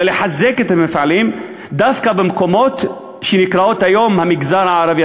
אלא לחזק את המפעלים דווקא במקומות שנקראים היום המגזר הערבי,